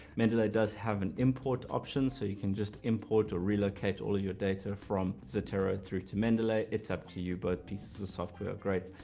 mendeley does have an import option, so you can just import or relocate all of your data from zotero through to mandalay. it's up to you both pieces of software are great.